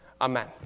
Amen